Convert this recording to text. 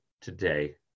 today